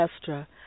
Estra